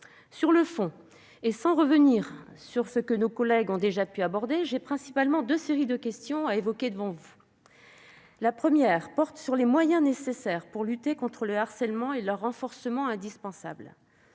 Sur le fond, et sans revenir sur les points que mes collègues ont déjà pu aborder, j'ai principalement deux séries de questions à évoquer devant vous. La première série porte sur les moyens nécessaires pour lutter contre le harcèlement et leur renforcement indispensable.